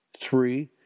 Three